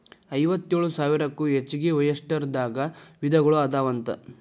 ಐವತ್ತೇಳು ಸಾವಿರಕ್ಕೂ ಹೆಚಗಿ ಒಯಸ್ಟರ್ ದಾಗ ವಿಧಗಳು ಅದಾವಂತ